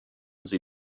sie